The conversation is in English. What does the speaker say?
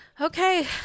Okay